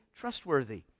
trustworthy